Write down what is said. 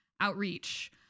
outreach